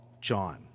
John